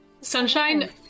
Sunshine